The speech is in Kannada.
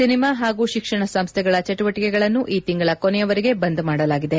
ಸಿನಿಮಾ ಪಾಗೂ ಶಿಕ್ಷಣ ಸಂಸ್ಥೆಗಳ ಚಟುವಟಿಕೆಗಳನ್ನು ಈ ತಿಂಗಳ ಕೊನೆಯವರೆಗೆ ಬಂದ್ ಮಾಡಲಾಗಿದೆ